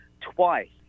twice